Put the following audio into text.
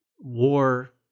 war